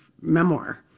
memoir